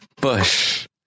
Bush